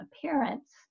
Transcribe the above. appearance